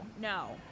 no